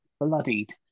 bloodied